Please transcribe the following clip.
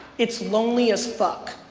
it's lonely as fuck.